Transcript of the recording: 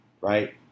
right